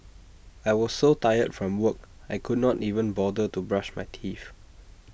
I was so tired from work I could not even bother to brush my teeth